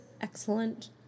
excellent